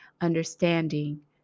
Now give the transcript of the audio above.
understanding